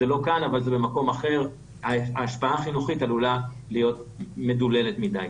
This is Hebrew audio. זה לא כאן אבל זה במקום אחר - ההשפעה החינוכית עלולה להיות מדוללת מדי.